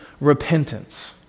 repentance